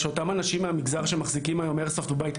שאותם אנשים מהמגזר שמחזיקים היום איירסופט בבית,